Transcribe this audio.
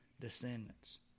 descendants